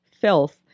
filth